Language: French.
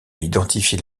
identifier